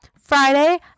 Friday